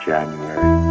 January